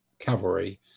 cavalry